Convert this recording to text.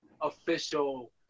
official